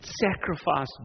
sacrifice